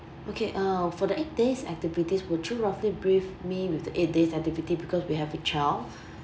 okay uh for the eight days activities would you roughly brief me with the eight days activity because we have a child